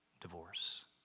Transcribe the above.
divorce